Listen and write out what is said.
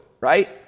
Right